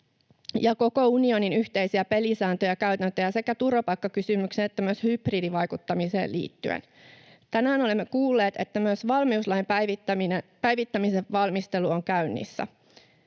ja koko unionin yhteisiä pelisääntöjä ja käytäntöjä sekä turvapaikkakysymykseen että myös hybridivaikuttamiseen liittyen. Tänään olemme kuulleet, että myös valmiuslain päivittämisen valmistelu on käynnissä.